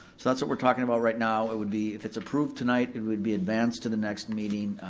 so that's what we're talking about right now, it would be, if it's approved tonight, it would be advanced to the next meeting,